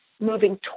moving